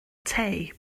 tei